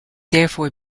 therefore